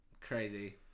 Crazy